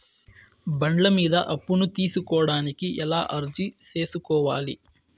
బండ్ల మీద అప్పును తీసుకోడానికి ఎలా అర్జీ సేసుకోవాలి?